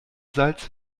salz